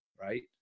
right